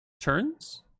Turns